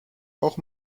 auch